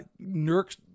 Nurk